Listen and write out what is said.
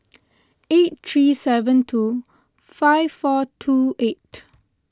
eight three seven two five four two eight